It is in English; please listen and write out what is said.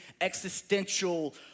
existential